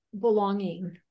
belonging